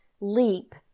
leap